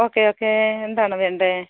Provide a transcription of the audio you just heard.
okay okay എന്താണ് വേണ്ടത്